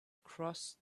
crossed